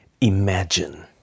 imagine